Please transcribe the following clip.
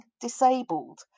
disabled